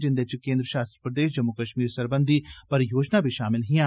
जिंदे च केन्द्र शासत प्रदेश जम्मू कश्मीर सरबंधि परियोजनां बी शामल हियां